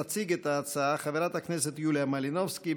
תציג את ההצעה חברת הכנסת יוליה מלינובסקי,